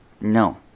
no